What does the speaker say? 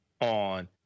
on